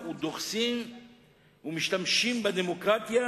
משתמשים בדמוקרטיה